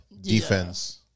defense